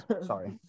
Sorry